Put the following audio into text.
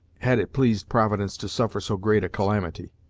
had it pleased providence to suffer so great a calamity!